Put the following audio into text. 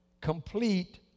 complete